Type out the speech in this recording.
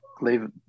Leave